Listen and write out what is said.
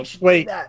Wait